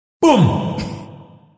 Boom